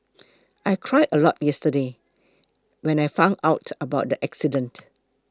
I cried a lot yesterday when I found out about the accident